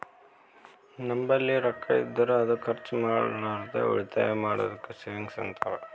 ನಂಬಲ್ಲಿ ರೊಕ್ಕಾ ಇದ್ದುರ್ ಅದು ಖರ್ಚ ಮಾಡ್ಲಾರ್ದೆ ಉಳಿತಾಯ್ ಮಾಡದ್ದುಕ್ ಸೇವಿಂಗ್ಸ್ ಅಂತಾರ